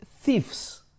thieves